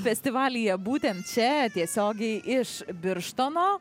festivalyje būtent čia tiesiogiai iš birštono